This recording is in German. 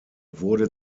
wurde